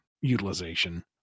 utilization